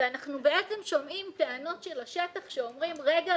ואנחנו בעצם שומעים טענות של השטח שאומרים: רגע,